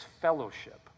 fellowship